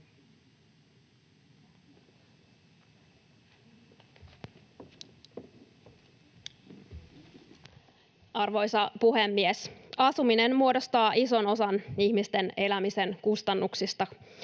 Arvoisa puhemies! Asuminen muodostaa ison osan ihmisten elämisen kustannuksista.